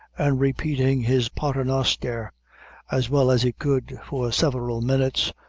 and repeating his pater noster, as well as he could, for several minutes,